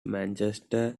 manchester